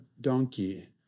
donkey